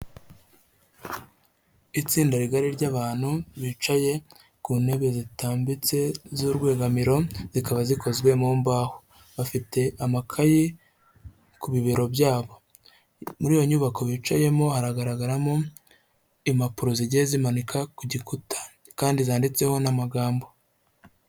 Itsinda rigari ry'abantu bicaye ku ntebe zitambitse z'urwegamiro zikaba zikozwe mu mbaho, bafite amakayi ku bibero byabo, muri iyo nyubako bicayemo haragaragaramo impapuro zigiye zimanika ku gikuta kandi zanditseho n'amagambo.